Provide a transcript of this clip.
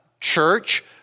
church